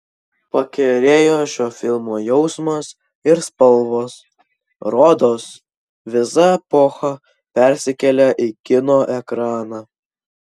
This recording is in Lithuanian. pakerėjo šio filmo jausmas ir spalvos rodos visa epocha persikėlė į kino ekraną